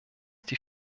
die